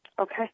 Okay